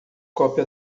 cópia